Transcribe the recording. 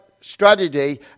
strategy